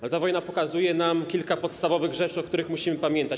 Ale ta wojna pokazuje nam kilka podstawowych rzeczy, o których musimy pamiętać.